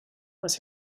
was